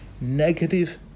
negative